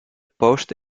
post